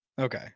Okay